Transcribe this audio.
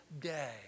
day